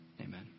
Amen